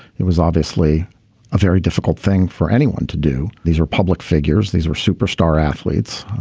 it was obviously a very difficult thing for anyone to do. these are public figures. these were superstar athletes.